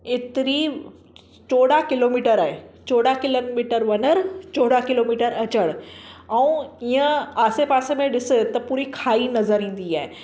एतिरी चोॾहां किलोमिटर आहे चोॾहां किलन मिटर वञणु चोॾहां किलोमिटर अचणु ऐं इअं आसे पासे ॾिसु त पूरी खाई नज़रु ईंदी आहे